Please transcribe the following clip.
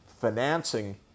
financing